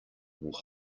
will